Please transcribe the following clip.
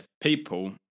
People